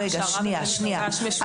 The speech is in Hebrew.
אפשר בהכשרה ובמפגש משותף, לפתור את זה.